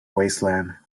wasteland